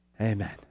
Amen